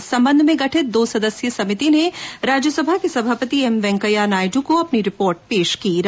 इस सम्बन्ध में गठित दो सदस्यीय समिति ने राज्यसभा के सभापति एम वेंकैया नायडू को अपनी रिपोर्ट पेश कर दी है